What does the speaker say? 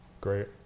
Great